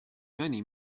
many